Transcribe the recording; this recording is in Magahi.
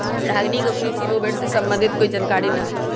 रागिनी को कृषि रोबोट से संबंधित कोई जानकारी नहीं है